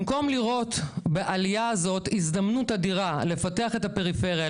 במקום לראות בעלייה הזאת הזדמנות אדירה לפתח את הפריפריה,